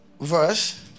verse